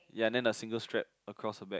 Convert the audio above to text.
ya then the single strap across the back